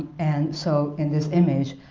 and so in this image,